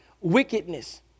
wickedness